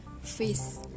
Face